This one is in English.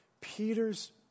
Peter's